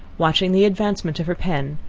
watching the advancement of her pen,